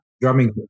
drumming